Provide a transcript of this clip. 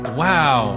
wow